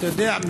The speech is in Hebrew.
אתה יודע,